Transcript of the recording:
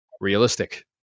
realistic